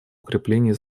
укреплении